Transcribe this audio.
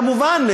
כמובן,